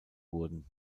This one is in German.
wurden